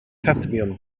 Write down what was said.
cadmiwm